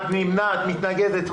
את נמנעת או מתנגדת?